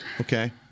Okay